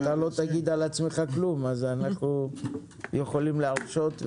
אתה לא תגיד על עצמך כלום אז אנחנו יכולים להרשות,